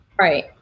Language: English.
Right